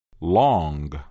long